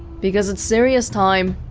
because it's serious time